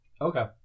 Okay